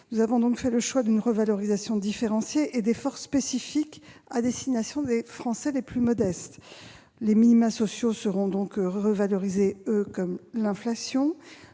Nous avons fait le choix d'une revalorisation différenciée et d'efforts spécifiques à destination des Français les plus modestes. Les minima sociaux seront eux revalorisés à hauteur de l'inflation.